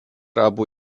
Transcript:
abu